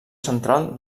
central